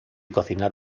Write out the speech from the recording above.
cocinar